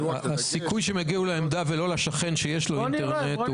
הסיכוי שהם יגיעו לעמדה ולא לשכן שיש לו אינטרנט,